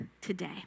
today